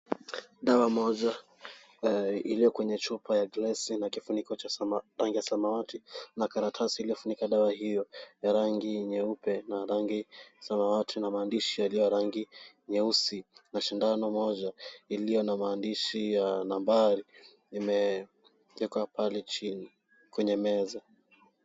Dawa moja iliyokwenye chupa ya glasi na kifuniko cha samawati, na karatasi iliyofunika dawa hiyo ya rangi nyeupe na rangi samawati, na maandishi yaliyo ya rangi nyeusi na shindano moja iliyo na maandishi ya nambari imewekwa pale chini kwenye meza.